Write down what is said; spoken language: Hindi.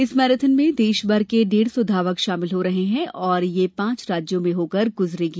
इस मैराथन में देशभर के डेढ़ सौ धावक शामिल हो रहे है और यह पांच राज्यों से होकर गुजरेगी